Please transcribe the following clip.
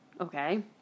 Okay